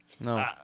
No